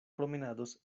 promenados